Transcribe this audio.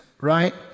Right